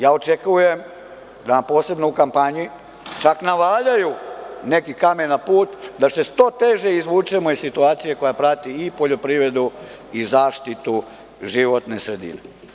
Ja očekujem da nam posebno u kampanji navaljaju neki kamen na put, da se što teže izvučemo iz situacije koja prati poljoprivredu i zaštitu životne sredine.